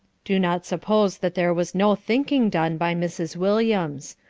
do not suppose that there was no thinking done by mrs. williams.